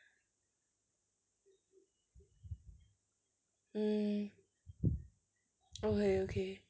mm okay okay